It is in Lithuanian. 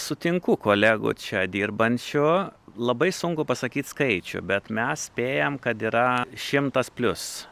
sutinku kolegų čia dirbančių labai sunku pasakyt skaičių bet mes spėjam kad yra šimtas plius